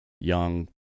young